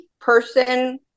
person